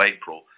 April